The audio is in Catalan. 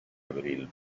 abril